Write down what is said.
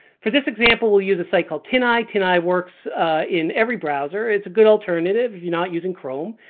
for this example we'll use a site called tineye. tineye works in every browser. it's a good alternative if you're not using chrome.